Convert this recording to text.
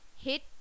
hit